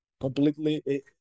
completely